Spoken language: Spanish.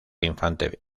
infante